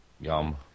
Yum